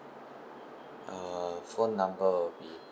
uh phone number would be